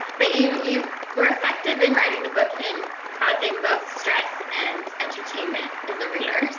but you you were effective in writing the book, and causing both stress and entertainment in the reader.